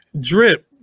Drip